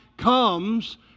comes